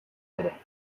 ere